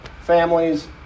families